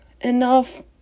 enough